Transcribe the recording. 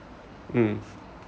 mm